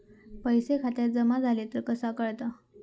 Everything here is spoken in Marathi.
पैसे खात्यात जमा झाले तर कसा कळता?